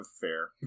fair